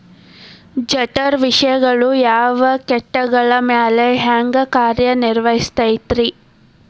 ಜಠರ ವಿಷಗಳು ಯಾವ ಕೇಟಗಳ ಮ್ಯಾಲೆ ಹ್ಯಾಂಗ ಕಾರ್ಯ ನಿರ್ವಹಿಸತೈತ್ರಿ?